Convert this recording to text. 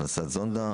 הכנסת זונדה.